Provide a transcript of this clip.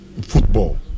football